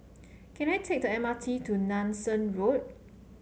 can I take the M R T to Nanson Road